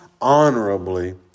honorably